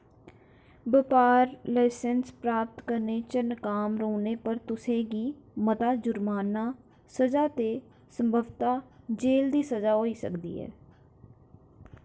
बपार लसैंस्स प्राप्त करने च नकाम रौह्ने पर तुसें गी मता जुर्माना स'जा ते संभवत जेह्ल दी स'जा होई सकदी ऐ